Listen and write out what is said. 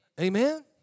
Amen